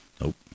nope